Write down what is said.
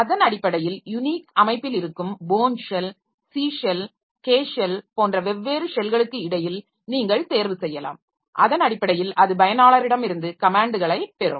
அதன் அடிப்படையில் யுனிக்ஸ் அமைப்பில் இருக்கும் Bourne shell C shell K shell போன்ற வெவ்வேறு ஷெல்களுக்கு இடையில் நீங்கள் தேர்வு செய்யலாம் அதன் அடிப்படையில் அது பயனாளரிடமிருந்து கமேன்ட்களை பெறும்